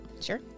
Sure